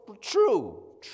true